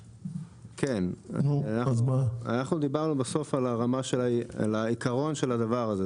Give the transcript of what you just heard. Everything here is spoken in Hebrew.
אנחנו דיברנו בסוף על העיקרון של הדבר הזה,